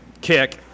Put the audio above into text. kick